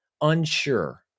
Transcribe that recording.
unsure